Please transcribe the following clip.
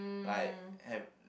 like have